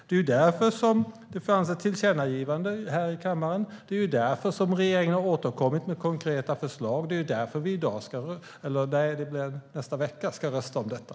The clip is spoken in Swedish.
Det var därför som det fanns ett tillkännagivande här i kammaren, och det är därför som regeringen har återkommit med konkreta förslag som vi ska rösta om nästa vecka.